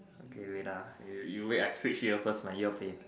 okay wait ah you you wait I Switch ear first my ear pain